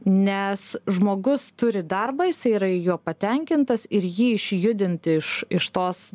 nes žmogus turi darbą jisai yra juo patenkintas ir jį išjudinti iš iš tos